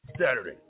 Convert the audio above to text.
Saturday